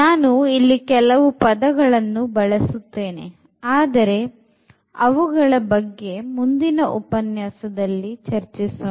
ನಾನು ಇಲ್ಲಿ ಕೆಲವು ಪದಗಳನ್ನು ಬಳಸುತ್ತೇನೆ ಆದರೆ ಅವುಗಳ ಬಗ್ಗೆ ಮುಂದಿನ ಉಪನ್ಯಾಸದಲ್ಲಿ ಚರ್ಚಿಸೋಣ